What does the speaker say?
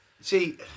See